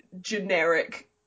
generic